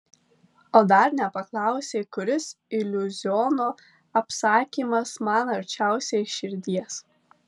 o dar nepaklausei kuris iliuziono apsakymas man arčiausiai širdies